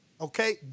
okay